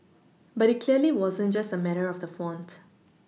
but it clearly wasn't just a matter of the font